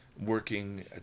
working